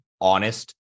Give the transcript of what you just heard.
honest